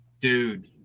Dude